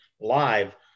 live